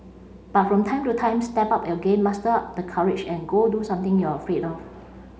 but from time to time step up your game muster up the courage and go do something you're afraid of